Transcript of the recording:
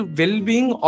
well-being